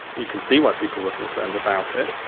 you could see why people were concerned about it.